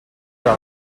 cent